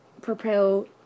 propel